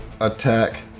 attack